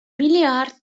миллиард